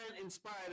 inspired